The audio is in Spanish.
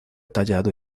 tallado